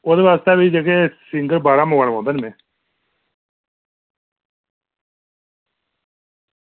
ओह्दे बास्तै भी सिंगर बाहरा मंगवाना पौंदा निं में